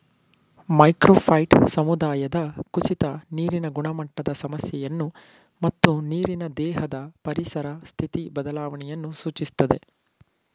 macrophyte ಸಮುದಾಯದ ಕುಸಿತ ನೀರಿನ ಗುಣಮಟ್ಟದ ಸಮಸ್ಯೆಯನ್ನು ಮತ್ತು ನೀರಿನ ದೇಹದ ಪರಿಸರ ಸ್ಥಿತಿ ಬದಲಾವಣೆಯನ್ನು ಸೂಚಿಸ್ತದೆ